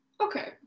Okay